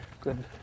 Good